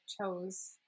chose